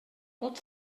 tot